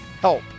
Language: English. help